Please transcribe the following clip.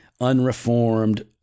unreformed